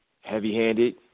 heavy-handed